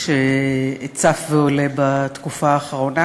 מאוד שצף ועולה בתקופה האחרונה.